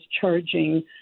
charging